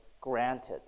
granted